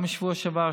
גם בשבוע שעבר,